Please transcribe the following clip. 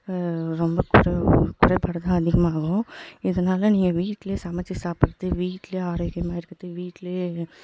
ரொம்ப குறைவா குறைப்பாடு தான் அதிகமாக ஆகும் இதனால் நீங்கள் வீட்டிலே சமைச்சு சாப்பிட்றது வீட்டிலையே ஆரோக்யமாக இருக்கிறது வீட்டிலையே